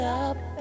up